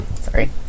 Sorry